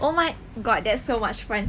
oh my god that's so much friends